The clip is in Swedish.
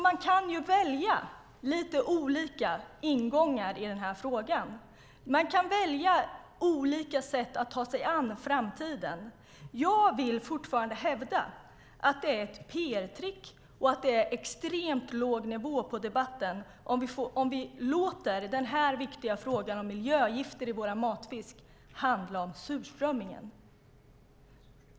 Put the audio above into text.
Man kan välja olika ingångar i den här frågan. Man kan välja olika sätt att ta sig an framtiden. Jag vill fortfarande hävda att det är ett PR-trick och att det är extremt låg nivå på debatten om vi låter den viktiga frågan om miljögifter i vår matfisk handla om surströmming.